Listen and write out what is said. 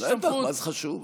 בטח, מה זה חשוב?